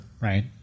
right